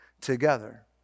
together